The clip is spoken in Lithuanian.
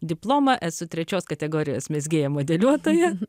diplomą esu trečios kategorijos mezgėja modeliuotoja